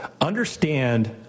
understand